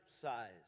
size